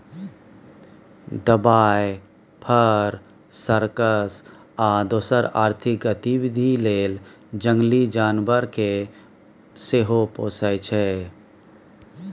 दबाइ, फर, सर्कस आ दोसर आर्थिक गतिबिधि लेल जंगली जानबर केँ सेहो पोसय छै